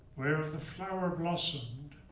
where the flower blossomed,